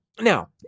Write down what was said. Now